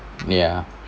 ya